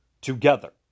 Together